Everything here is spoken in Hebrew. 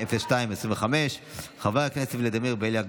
2202/25. חבר הכנסת ולדימיר בליאק,